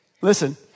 Listen